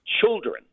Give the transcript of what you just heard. children